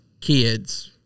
kids